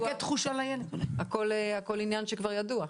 הכל עניין שכבר ידוע.